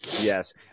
yes